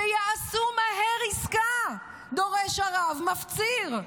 שיעשו מהר עסקה, דורש הרב, מפציר,